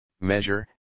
measure